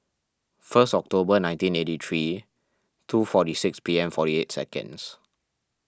first October nineteen eighty three two forty six P M forty eight seconds